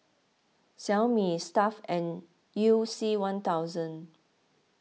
Xiaomi Stuff'd and You C one thousand